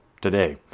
today